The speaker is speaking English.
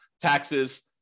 taxes